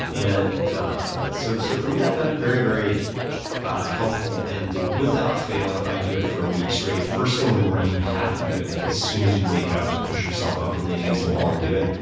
and so so for me i found it very, very helpful, and without fail if i do it for a week straight first thing in the morning, you have to do it like as soon as you wake up, push yourself up and lean against a wall and do it,